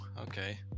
okay